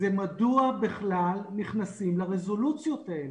מדוע בכלל נכנסים לרזולוציות האלה?